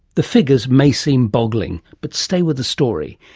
the figures may seem boggling, but stay with the story.